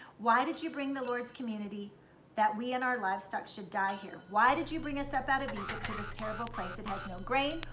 why did you bring the lord's community that we and our livestock should die here? why did you bring us up out of egypt to this terrible place that has no grain,